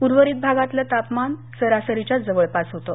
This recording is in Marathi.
उर्वरित भागातलं तापमान सरासरीच्या जवळपास होतं